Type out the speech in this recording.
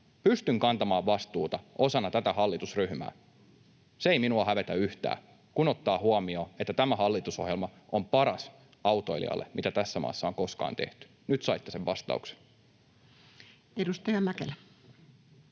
pystyn kantamaan vastuuta osana tätä hallitusryhmää. Se ei minua hävetä yhtään, kun ottaa huomioon, että tämä hallitusohjelma on autoilijalle paras, mitä tässä maassa on koskaan tehty. Nyt saitte sen vastauksen. Edustaja Mäkelä.